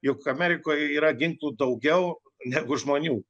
juk amerikoje yra ginklų daugiau negu žmonių